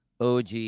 OG